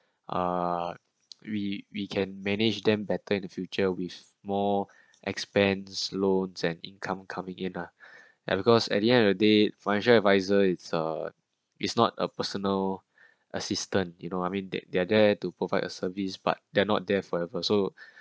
uh we we can manage them better in the future with more expands loads and income coming in lah ya because at the end of the day financial adviser it's uh it's not a personal assistant you know I mean that they're there to provide a service but they're not there forever so